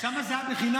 שם זה היה בחינם.